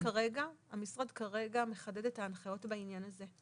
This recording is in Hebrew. המשרד כרגע מחדד את ההנחיות בעניין הזה.